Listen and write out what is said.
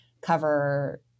cover